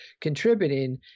contributing